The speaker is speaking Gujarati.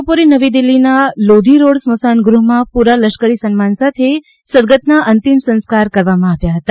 આજે બપોરે નવી દિલ્હીના લોધી રોડ સ્મશાનગૃહમાં પૂરા લશ્કરી સન્માન સાથે સદગતના અંતિમ સંસ્કાર કરવામાં આવ્યા હતા